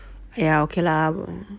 !haiya! ok lah